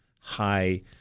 high